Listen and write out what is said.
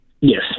Yes